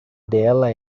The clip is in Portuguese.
dela